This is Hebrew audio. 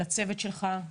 לצוות שלך,